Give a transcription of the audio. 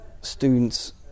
students